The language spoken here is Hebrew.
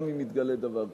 גם אם יתגלה דבר כזה.